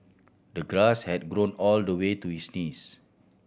the grass had grown all the way to his knees